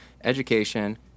education